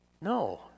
No